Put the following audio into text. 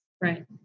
Right